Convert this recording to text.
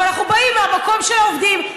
אבל אנחנו באים מהמקום של העובדים,